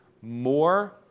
more